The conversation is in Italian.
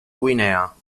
guinea